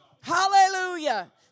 Hallelujah